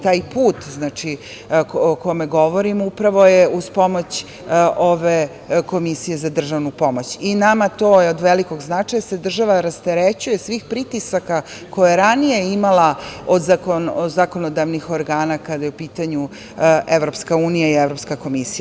Taj put o kome govorimo upravo je uz pomoć ove Komisije za državnu pomoć i to je nama od velikog značaja, jer se država rasterećuje svih pritisaka koje je ranije imala od zakonodavnih organa kada je u pitanju EU i Evropska komisija.